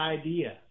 idea